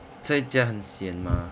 在家很 sian mah